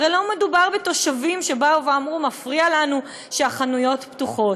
הרי לא מדובר בתושבים שבאו ואמרו: מפריע לנו שהחנויות פתוחות.